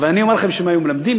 ואני אומר לכם שאם היו מלמדים,